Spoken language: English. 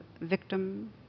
victim